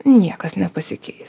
niekas nepasikeis